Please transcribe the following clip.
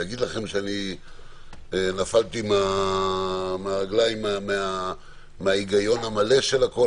להגיד לכם שנפלתי מהרגליים מההיגיון המלא של הכול?